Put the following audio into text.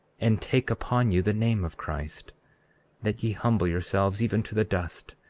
and take upon you the name of christ that ye humble yourselves even to the dust,